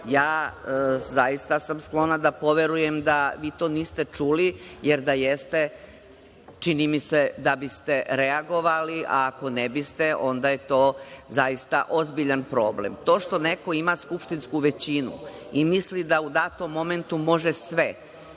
vremena. Zaista sam sklona da poverujem da vi to niste čuli, jer da jeste, čini mi se da biste reagovali, a ako ne biste onda je to zaista ozbiljan problem. To što neko ima skupštinsku većinu i misli da u datom momentu može sve,